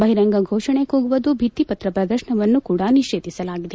ಬಹಿರಂಗ ಘೋಷಣೆ ಕೂಗುವುದು ಭಿತ್ತಿಪತ್ರ ಪ್ರದರ್ಶನವನ್ನೂ ಕೂಡಾ ನಿಷೇಧಿಸಲಾಗಿದೆ